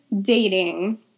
dating